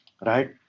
right